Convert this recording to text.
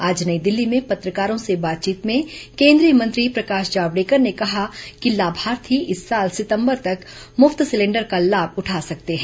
आज नई दिल्ली में पत्रकारों से बातचीत में केंद्रीय मंत्री प्रकाश जावड़ेकर ने कहा कि लाभार्थी इस साल सितंबर तक मुफ्त सिलेंडर का लाभ उठा सकते हैं